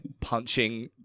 punching